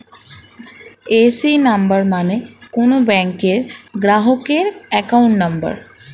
AC number মানে কোন ব্যাংকের গ্রাহকের অ্যাকাউন্ট নম্বর